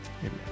Amen